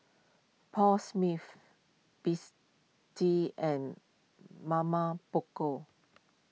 Paul Smith Besty and Mama Poko